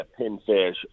pinfish